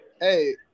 Hey